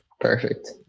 Perfect